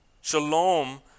shalom